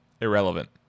Irrelevant